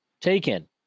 taken